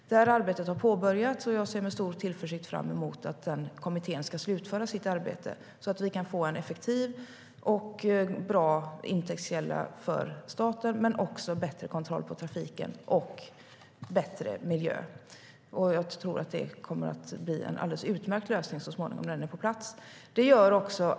Detta arbete har påbörjats, och jag ser med stor tillförsikt fram emot att kommittén ska slutföra sitt arbete så att vi kan få en effektiv och bra intäktskälla för staten men också bättre kontroll på trafiken och bättre miljö. Jag tror att det kommer att bli en alldeles utmärkt lösning när den är på plats.